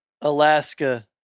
Alaska